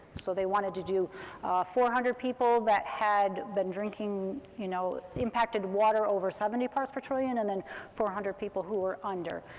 so they wanted to do four hundred people that had been drinking, you know, impacted water over seventy parts per trillion, and then four hundred people who were under.